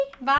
Bye